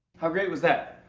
how great was that?